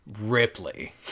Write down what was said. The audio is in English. Ripley